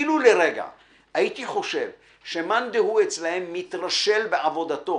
אילו לרגע הייתי חושב שמאן דהוא אצלם מתרשל בעבודתו